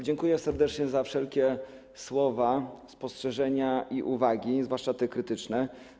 Dziękuję serdecznie za wszelkie słowa, spostrzeżenia i uwagi, zwłaszcza te krytyczne.